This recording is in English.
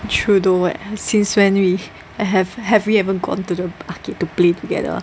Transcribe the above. true though what since when we have have we ever gone to the arcade to play together